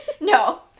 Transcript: No